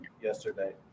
yesterday